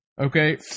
Okay